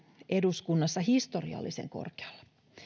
eduskunnassa historiallisen korkealla